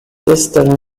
sister